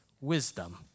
wisdom